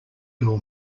door